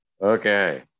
Okay